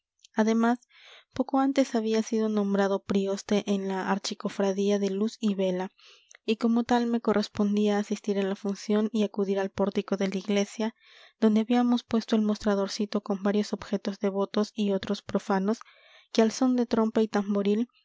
además poco antes había sido nombrado prioste de la archicofradía de luz y vela y como tal me correspondía asistir a la función y acudir al pórtico de la iglesia donde habíamos puesto el mostradorcito con varios objetos devotos y otros profanos que al son de trompeta y tamboril